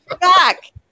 Back